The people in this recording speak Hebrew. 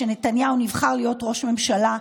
כשנתניהו נבחר להיות ראש ממשלה.